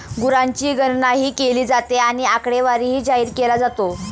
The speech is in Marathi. गुरांची गणनाही केली जाते आणि आकडेवारी जाहीर केला जातो